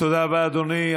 תודה רבה, אדוני.